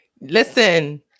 Listen